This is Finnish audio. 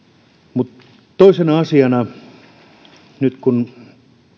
mutta toisena asiana nyt kun